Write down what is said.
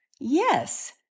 Yes